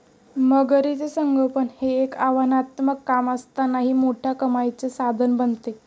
मगरीचे संगोपन हे एक आव्हानात्मक काम असतानाही मोठ्या कमाईचे साधन बनते